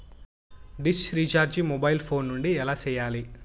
dish recharge mobile phone నుండి ఎలా సేయాలి